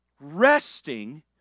Resting